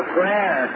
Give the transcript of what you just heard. prayer